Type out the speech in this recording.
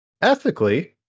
ethically